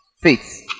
faith